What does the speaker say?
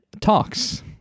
talks